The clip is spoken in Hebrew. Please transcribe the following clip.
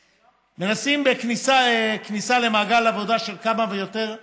מנסים: בכניסה למעגל עבודה של כמה שיותר אזרחים,